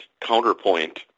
counterpoint